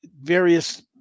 various